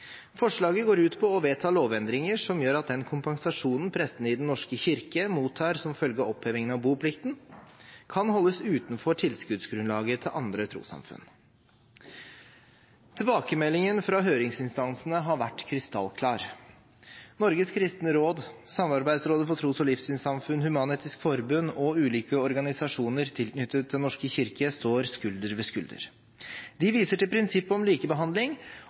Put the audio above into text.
Forslaget går ut på å vedta lovendringer som gjør at den kompensasjonen prestene i Den norske kirke mottar som følge av oppheving av boplikten, kan holdes utenfor tilskuddsgrunnlaget til andre trossamfunn. Tilbakemeldingen fra høringsinstansene har vært krystallklar. Norges Kristne Råd, Samarbeidsrådet for tros- og livssynssamfunn, Human-Etisk Forbund og ulike organisasjoner tilknyttet Den norske kirke står skulder ved skulder. De viser til prinsippet om likebehandling